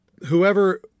Whoever